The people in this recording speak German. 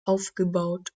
aufgebaut